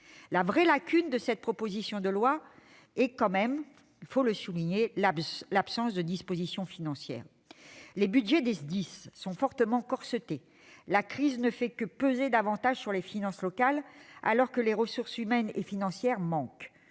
La vraie lacune de cette proposition de loi est l'absence de dispositions financières. Les budgets des SDIS sont fortement corsetés, la crise ne fait que peser davantage sur les finances locales, alors que les ressources humaines et financières manquent.